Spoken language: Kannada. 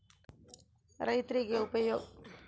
ರೈರ್ತಿಗೆ ಉಪಯೋಗ ಆಗ್ಲಿ ಅಂತ ಕೇಂದ್ರ ಸರ್ಕಾರ ಮಾಡಿರೊ ಯೋಜನೆ ಅಗ್ಯತೆ